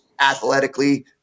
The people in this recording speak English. athletically